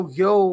yo